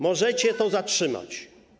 Możecie to zatrzymać.